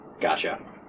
Gotcha